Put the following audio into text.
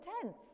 tents